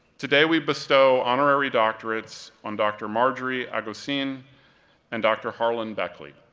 today, we bestow honorary doctorates on dr. marjorie agosin and dr. harlan beckley.